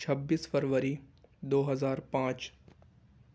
چھبیس فروری دو ہزار پانچ